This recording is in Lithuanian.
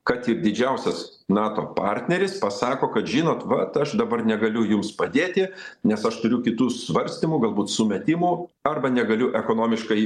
kad ir didžiausias nato partneris pasako kad žinot vat aš dabar negaliu jums padėti nes aš turiu kitų svarstymų galbūt sumetimų arba negaliu ekonomiškai